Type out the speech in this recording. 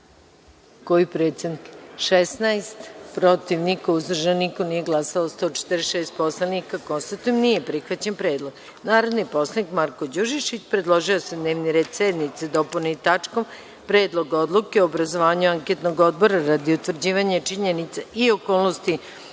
je glasalo – 16, protiv - niko, uzdržanih nema, nije glasalo 146 poslanika. Konstatujem da nije prihvaćen predlog. Narodni poslanik Marko Đurišić, predložio je da se dnevni red sednice dopuni tačkom Predlog odluke o obrazovanju anketnog odbora radi utvrđivanja činjenica i okolnosti